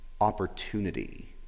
opportunity